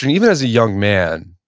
and even as a young man,